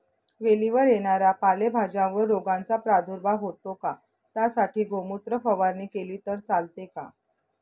वेलीवर येणाऱ्या पालेभाज्यांवर रोगाचा प्रादुर्भाव होतो का? त्यासाठी गोमूत्र फवारणी केली तर चालते का?